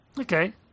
Okay